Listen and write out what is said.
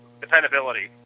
dependability